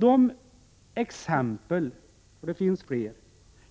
De exempel